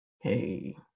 Hey